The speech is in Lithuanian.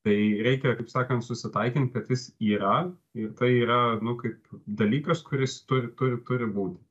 tai reikia kaip sakant susitaikint kad jis yra ir tai yra nu kaip dalykas kuris turi turi turi būti